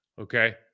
okay